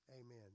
Amen